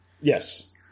Yes